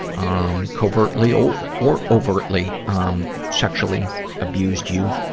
um, covertly or or overtly, um, sexually abused you,